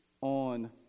on